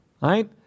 right